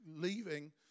leaving